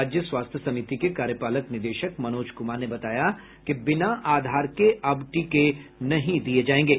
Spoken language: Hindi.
राज्य स्वास्थ्य समिति के कार्यपालक निदेशक मनोज कुमार ने बताया कि बिना आधार के अब टीके नहीं दिये जायेंगे